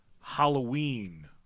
Halloween